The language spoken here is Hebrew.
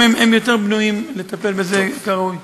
אני חושב שהם גם יותר בנויים לטפל בזה כראוי.